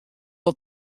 wol